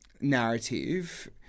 narrative